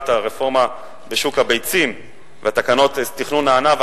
הרפורמה בשוק הביצים והתקנות לתכנון הענף,